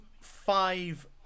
five